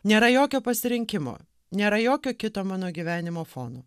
nėra jokio pasirinkimo nėra jokio kito mano gyvenimo fono